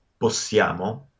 Possiamo